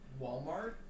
walmart